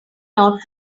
not